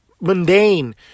mundane